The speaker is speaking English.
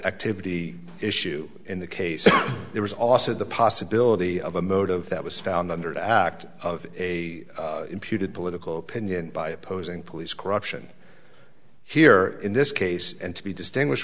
activity issue in the case there was also the possibility of a motive that was found under the act of a imputed political opinion by opposing police corruption here in this case and to be distinguish